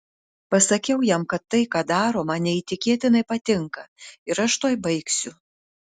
pasakiau jam kad tai ką daro man neįtikėtinai patinka ir aš tuoj baigsiu